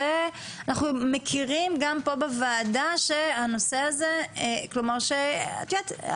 אנחנו מכירים גם פה בוועדה שהנושא הזה את יודעת,